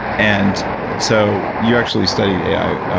and so you actually studied ai.